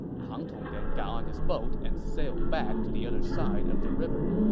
pang tong then got on his boat and sailed back to the other side of the river